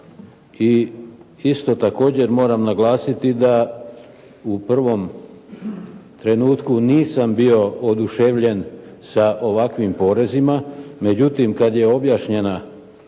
i isto tako moram naglasiti da u prvom trenutku nisam bio oduševljen sa ovakvim porezima. Međutim, kada je objašnjena